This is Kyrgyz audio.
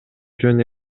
жөн